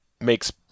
makes